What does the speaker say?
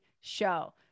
Show